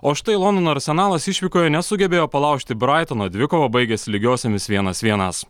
o štai londono arsenalas išvykoje nesugebėjo palaužti braitono dvikova baigėsi lygiosiomis vienas vienas